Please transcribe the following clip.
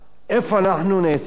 איפה אנחנו נעצרים.